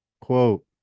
quote